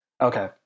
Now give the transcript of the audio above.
Okay